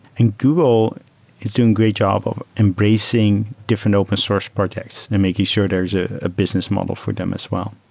and google is doing a great job of embracing different open source projects and making sure there's ah a business model for them as well.